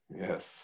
Yes